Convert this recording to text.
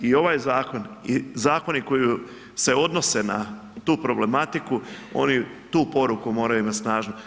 I ovaj zakon i zakoni koji se odnose na tu problematiku oni tu poruku moraju imati snažnu.